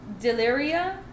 Deliria